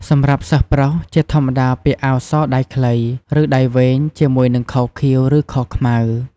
សម្រាប់សិស្សប្រុស ជាធម្មតាពាក់អាវសដៃខ្លី ឬដៃវែងជាមួយនឹងខោខៀវ ឬខោខ្មៅ។